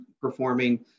performing